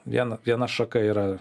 viena viena šaka yra